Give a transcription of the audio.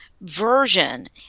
version